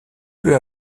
peu